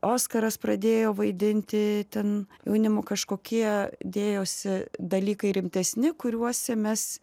oskaras pradėjo vaidinti ten jaunimo kažkokie dėjosi dalykai rimtesni kuriuose mes